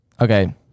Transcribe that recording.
Okay